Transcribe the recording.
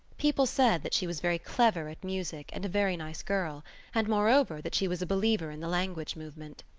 people said that she was very clever at music and a very nice girl and, moreover, that she was a believer in the language movement.